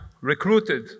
recruited